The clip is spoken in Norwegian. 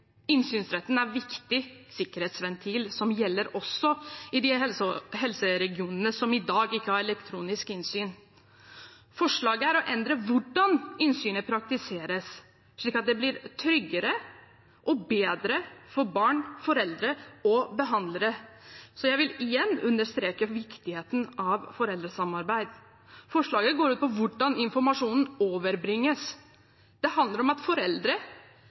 Innsynsretten er en viktig sikkerhetsventil som gjelder også i de helseregionene som i dag ikke har elektronisk innsyn. Forslaget er å endre hvordan innsynet praktiseres, slik at det blir tryggere og bedre for barn, foreldre og behandlere. Så jeg vil igjen understreke viktigheten av foreldresamarbeid. Forslaget går ut på hvordan informasjonen overbringes. Det handler om at foreldre